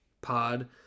pod